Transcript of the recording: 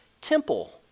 temple